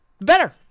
Better